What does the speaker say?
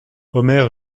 omer